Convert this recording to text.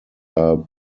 are